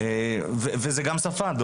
זאת גם שפה.